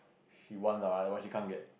she wants ah but she can't get